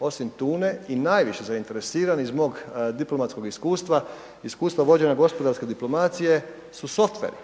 osim tune i najviše zainteresirani zbog diplomatskog iskustva, iskustva vođenje gospodarske diplomacije su software.